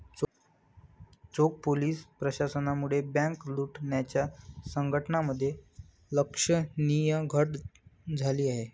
चोख पोलीस प्रशासनामुळे बँक लुटण्याच्या घटनांमध्ये लक्षणीय घट झाली आहे